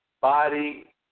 body